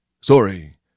sorry